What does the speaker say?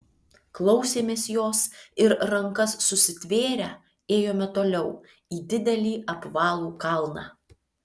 klausėmės jos ir rankas susitvėrę ėjome toliau į didelį apvalų kalną